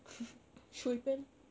shui~ pen